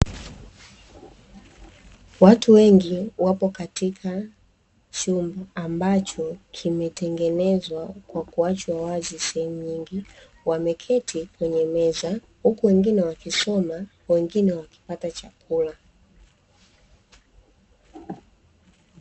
Watu wengi wapo katika chumba, ambacho kimetengenezwa kwa kuachwa wazi sehemu nyingi, wameketi kwenye meza huku wengine wakisoma, wengine wakipata chakula.